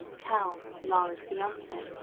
cal, lara's fiance,